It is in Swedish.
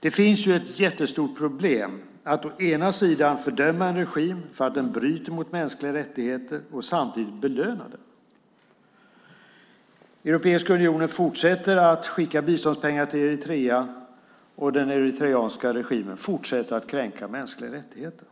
Det finns ett jättestort problem med att fördöma en regim för att den bryter mot mänskliga rättigheter och samtidigt belöna den. Europeiska unionen fortsätter att skicka biståndspengar till Eritrea, och den eritreanska regimen fortsätter att kränka mänskliga rättigheter.